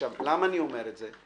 למה אני אומר את זה?